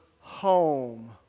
home